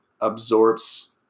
absorbs